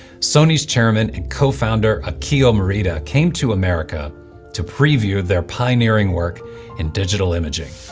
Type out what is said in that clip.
sony's chairman and co-founder akio morita came to america to preview their pioneering work in digital imaging.